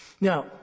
Now